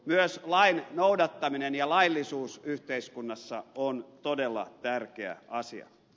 myös lain noudattaminen ja laillisuus yhteiskunnassa on todella tärkeä asia